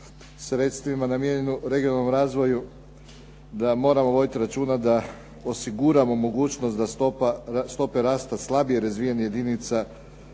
sredstvima namijenjenu regionalnom razvoju, da moramo voditi računa da osiguramo mogućnost da stope rasta slabije razvijenih jedinica